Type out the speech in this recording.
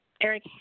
Eric